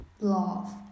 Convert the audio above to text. love